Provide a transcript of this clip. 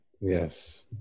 Yes